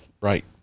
right